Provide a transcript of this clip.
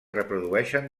reprodueixen